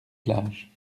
plage